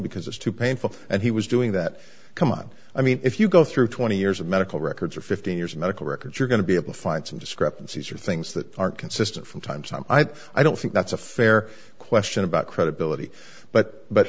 because it's too painful and he was doing that come on i mean if you go through twenty years of medical records or fifteen years of medical records you're going to be able to find some discrepancies or things that are consistent from time to time i think i don't think that's a fair question about credibility but but